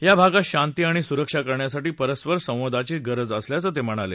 या भागात शांती आणि सुरक्षा करण्यासाठी परस्पर संवादाची गरज असल्याच ते म्हणाले